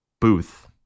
Booth